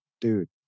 dude